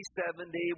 70